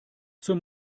zum